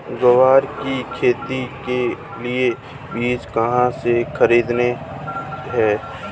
ग्वार की खेती के लिए बीज कहाँ से खरीदने हैं?